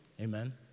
Amen